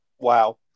wow